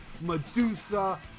Medusa